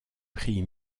prix